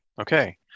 Okay